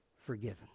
forgiven